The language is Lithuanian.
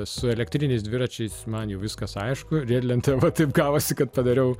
su elektriniais dviračiais man jau viskas aišku riedlente va taip gavosi kad padariau